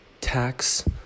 tax